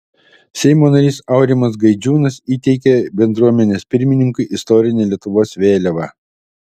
seimo narys aurimas gaidžiūnas įteikė bendruomenės pirmininkui istorinę lietuvos vėliavą